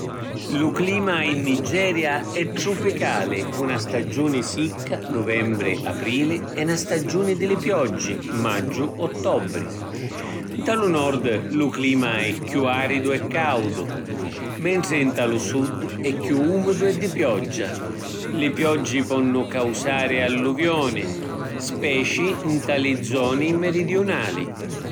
Lu clima in Nigeria è trupicali, cu na stagiuni sicca (nuvembri-aprili) e na stagiuni di li pioggi (maggiu-ottobri). Nta lu nord lu clima è chiù aridu e caudu, mentri nta lu sud è chiù umidu e di pioggia. Li pioggi ponnu causari alluviuni, speci nta li zoni meridiunali.